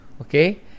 Okay